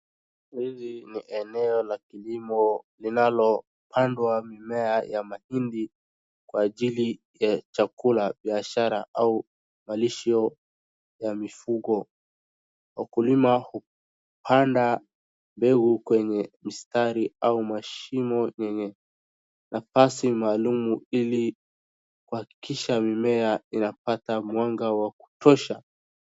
Hili ni eneo la kilimo linalo pandwa mimea ya mahindi kwa ajili ya chakula, biashara au malisho ya mifugo. Wakulima hupanda begu kwenye mistari au mashimo yenye nafasi maalumu ili kuhakikisha mimea inapate mwanga wa kutosha.